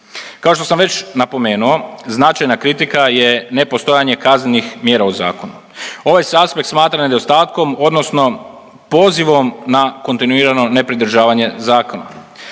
Kao što sam već napomenuo značajna kritika je nepostojanje kaznenih mjera u zakonu. Ovaj se aspekt smatra nedostatkom odnosno pozivom na kontinuirano nepridržavanje zakona.